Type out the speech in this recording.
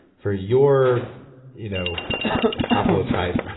for your you know haplotype,